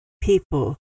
people